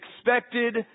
expected